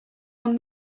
one